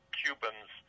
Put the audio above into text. cubans